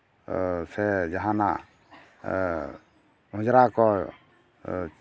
ᱥᱮ ᱡᱟᱦᱟᱱᱟᱜ ᱚᱸᱡᱽᱨᱟ ᱠᱚ